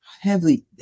heavily